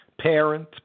parent